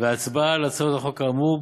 וההצבעה על הצעות החוק כאמור,